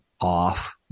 off